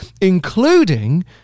including